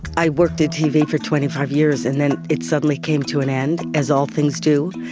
i worked in tv for twenty five years and then it suddenly came to an end, as all things do,